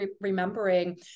remembering